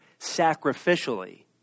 Sacrificially